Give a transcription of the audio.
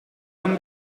non